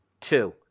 Two